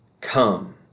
come